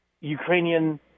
Ukrainian